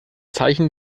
zeichen